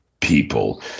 people